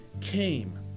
came